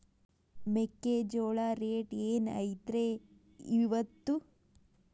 ಮೆಕ್ಕಿಜೋಳ ರೇಟ್ ಏನ್ ಐತ್ರೇ ಇಪ್ಪತ್ತು?